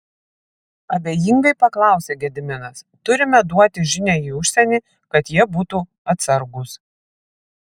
abejingai paklausė gediminas turime duoti žinią į užsienį kad jie būtų atsargūs